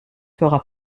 fera